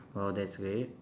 oh that's great